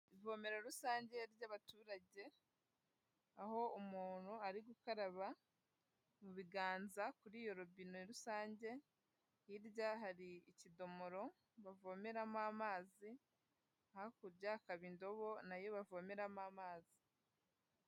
Ivomero rusange ry'abaturage, aho umuntu ari gukaraba mu biganza kuri iyo robine rusange, hirya hari ikidomoro bavomeramo amazi, hakurya hakaba indobo na yo bavomeramo amazi.